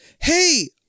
Hey